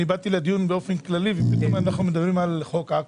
באתי לדיון כללי, ופתאום אנחנו מדברים על חוק עכו.